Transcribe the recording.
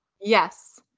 yes